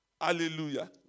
Hallelujah